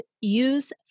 use